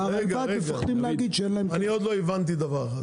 והרלב"ד מפחדים להגיד שאין להם --- אני עוד לא הבנתי דבר אחד,